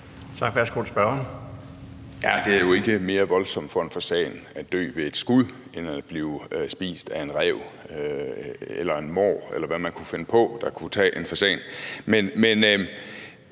Birk Olesen (LA): Det er jo ikke mere voldsomt for en fasan at dø ved et skud end at blive spist af en ræv eller en mår, eller hvad man kunne finde på kunne tage en fasan. Jeg